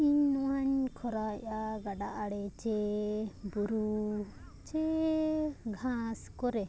ᱤᱧ ᱱᱚᱣᱟᱧ ᱠᱷᱚᱨᱟᱣᱮᱫᱼᱟ ᱜᱟᱰᱟ ᱟᱲᱮ ᱪᱮ ᱵᱩᱨᱩ ᱪᱮ ᱜᱷᱟᱥ ᱠᱚᱨᱮ